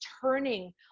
turning